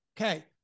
okay